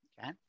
Okay